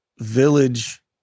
village